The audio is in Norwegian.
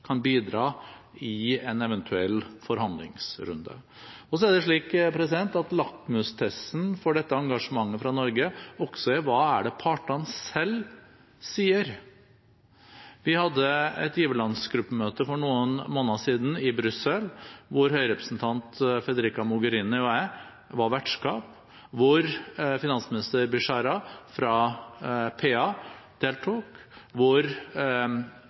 kan bidra i en eventuell forhandlingsrunde. Så er lakmustesten for dette engasjementet fra Norge også: Hva er det partene selv sier? Vi hadde et giverlandsgruppemøte for noen måneder siden i Brussel, hvor høyrepresentant Federica Mogherini og jeg var vertskap, hvor finansminister Bishara, fra PA, deltok, hvor